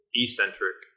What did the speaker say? eccentric